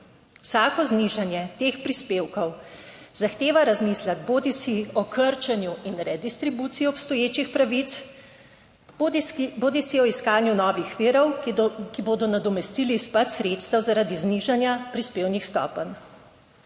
Vsako znižanje teh prispevkov zahteva razmislek bodisi o krčenju in redistribuciji obstoječih pravic bodisi o iskanju novih virov, ki bodo nadomestili izpad sredstev zaradi znižanja prispevnih stopenj.